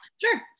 Sure